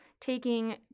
taking